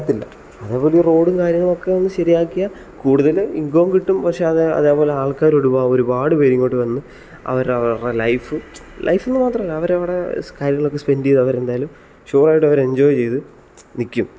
അതിനുള്ള നമ്മൾ സൗകര്യങ്ങൾ ഒരുക്കികൊടുക്കാതെ ഇങ്ങോട്ട് വരത്തില്ല അതുപോലെ റോഡ് കാര്യങ്ങളൊക്കെ ഒന്ന് ശരിയാക്കിയാൽ കൂടുതലും ഇൻകവും കിട്ടും പക്ഷേ അതേപോലെ ആൾക്കാർ ഒരുപാട് പേർ ഇങ്ങോട്ട് വന്ന് അവർ അവരുടെ ലൈഫ് ലൈഫ് എന്ന് മാത്രമല്ല അവർ അവരുടെ കാര്യങ്ങളൊക്കെ സ്പെൻഡ് ചെയ്തവരെന്തായാലും സുഖമായിട്ടവർ എൻജോയ് ചെയ്ത് നിൽക്കും